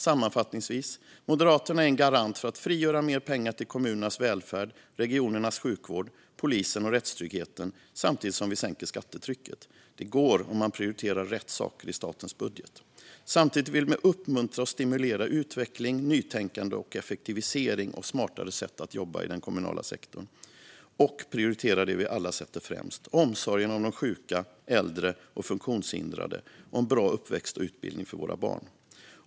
Sammanfattningsvis: Moderaterna är en garant för att frigöra mer pengar till kommunernas välfärd, regionernas sjukvård, polisen och rättstryggheten samtidigt som skattetrycket sänks. Det går om man prioriterar rätt saker i statens budget. Samtidigt vill vi uppmuntra och stimulera utveckling, nytänkande, effektivisering och smartare sätt att jobba i den kommunala sektorn. Vi vill också prioritera det som vi alla sätter främst - omsorgen om de sjuka, äldre och funktionshindrade och en bra uppväxt och utbildning för våra barn.